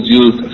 use